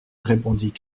répondit